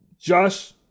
Josh